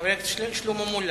חבר הכנסת שלמה מולה,